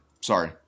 Sorry